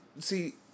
See